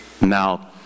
Now